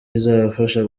izabafasha